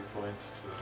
points